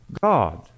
God